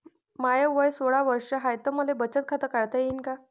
माय वय सोळा वर्ष हाय त मले बचत खात काढता येईन का?